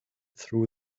through